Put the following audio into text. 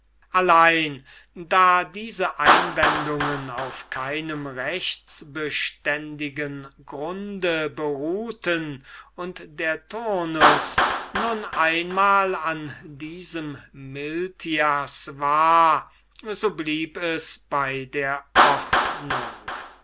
allein da diese einwendungen auf keinem rechtsbeständigen grunde beruhten und der turnus nun einmal an diesem miltias war so blieb es bei der ordnung